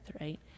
right